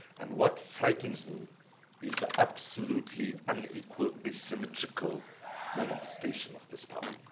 and what frightens me is the absolutely unequal, asymmetrical manifestation of this power.